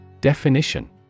Definition